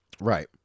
Right